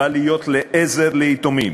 ובא להיות לעזר ליתומים.